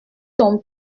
ton